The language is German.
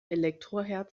elektroherd